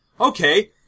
Okay